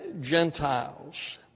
Gentiles